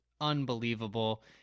unbelievable